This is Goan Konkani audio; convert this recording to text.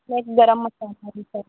गरम मसाला विक